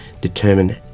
determine